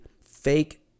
fake